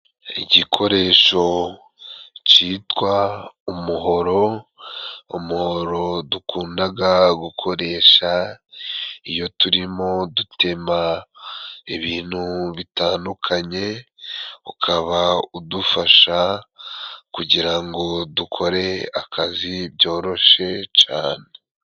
Igikoresho cyitwa umuhoro, umuhoro dukundaga gukoresha iyo turimo dutema ibintu bitandukanye ukaba udufasha kugira ngo dukore akazi byoroshe cane.